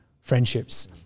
friendships